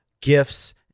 gifts